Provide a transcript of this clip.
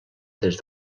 des